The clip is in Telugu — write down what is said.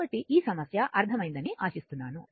కాబట్టి ఈ సమస్య అర్థమైనదని ఆశిస్తున్నాము